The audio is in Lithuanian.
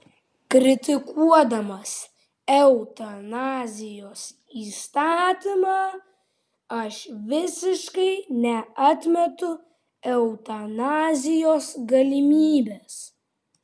kritikuodamas eutanazijos įstatymą aš visiškai neatmetu eutanazijos galimybės